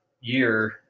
year